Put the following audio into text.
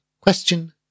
Question